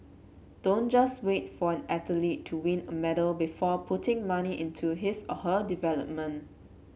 don't just wait for an athlete to win a medal before putting money into his or her development